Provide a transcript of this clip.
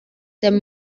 dem